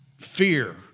fear